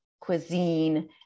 cuisine